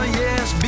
yes